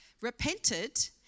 repented